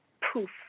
poof